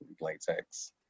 latex